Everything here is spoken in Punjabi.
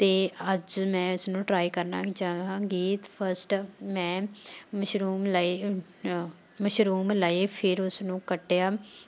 ਅਤੇ ਅੱਜ ਮੈਂ ਇਸ ਨੂੰ ਟਰਾਈ ਕਰਨਾ ਚਾਹਾਂਗੀ ਫਸਟ ਮੈਂ ਮਸ਼ਰੂਮ ਲਏ ਮਸ਼ਰੂਮ ਲਏ ਫਿਰ ਉਸ ਨੂੰ ਕੱਟਿਆ